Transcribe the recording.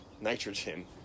nitrogen